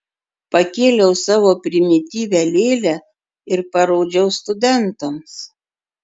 pakėliau savo primityvią lėlę ir parodžiau studentams